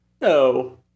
No